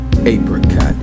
apricot